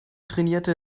trainierte